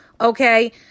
okay